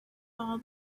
all